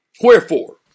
wherefore